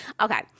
Okay